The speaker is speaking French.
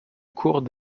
cours